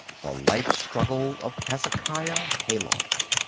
the life struggle of hezekiah hayloft